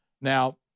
Now